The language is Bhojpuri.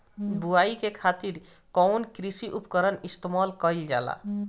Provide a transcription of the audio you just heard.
बुआई करे खातिर कउन कृषी उपकरण इस्तेमाल कईल जाला?